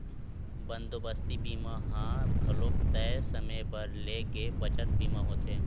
बंदोबस्ती बीमा ह घलोक तय समे बर ले गे बचत बीमा होथे